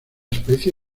especie